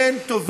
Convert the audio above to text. אין טובים מכם,